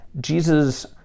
Jesus